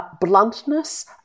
bluntness